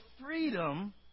freedom